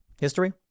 history